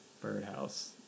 Birdhouse